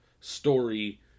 story